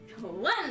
One